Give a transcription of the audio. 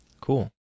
Cool